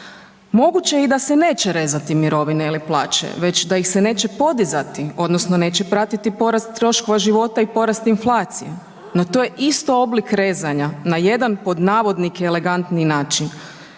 Moguće je i da se neće rezati mirovine ili plaće već da ih se neće podizati odnosno neće pratiti porast troškova života i porast inflacija, no to je isto oblik rezanja na jedan, pod navodnike, elegantniji način.